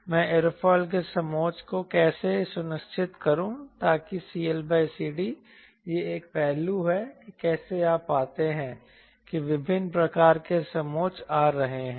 मैं एयरोफिल के समोच्च को कैसे सुनिश्चित करूं ताकि CLCDmax यह एक पहलू है कि कैसे आप पाते हैं कि विभिन्न प्रकार के समोच्च आ रहे हैं